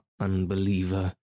unbeliever